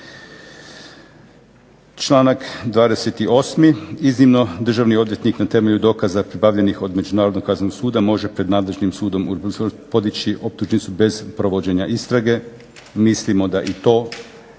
Članak 28. iznimno državni odvjetnik na temelju dokaza pribavljenih od Međunarodnog kaznenog suda može pred nadležnim sudom podići optužnicu bez provođenja istrage. Mislimo da i to